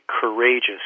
courageous